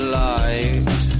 light